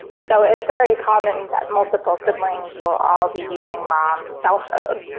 so it's very common that multiple siblings will all be using mom's cell phone.